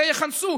את זה יכנסו.